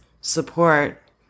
support